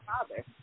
father